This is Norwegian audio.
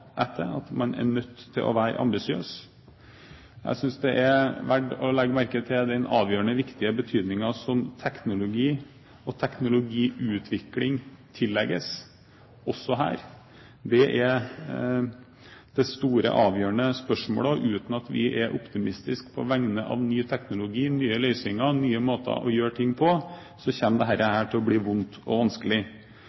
etter, at man er nødt til å være ambisiøs. Jeg synes det er verdt å legge merke til den avgjørende viktige betydningen som teknologi og teknologiutviking tillegges også her. Det er det store avgjørende spørsmålet, og uten at vi er optimistiske på vegne av ny teknologi, nye løsninger og nye måter å gjøre ting på,